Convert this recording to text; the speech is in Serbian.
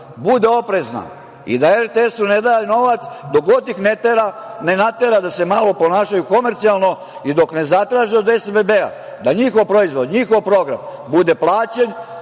bude oprezna i da RTS ne daje novac, dok god i ne natera da se malo ponašaju komercijalno i dok ne zatraže od SBB da njihov proizvod, njihov program bude plaćen,